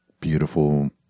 beautiful